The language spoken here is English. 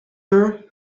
her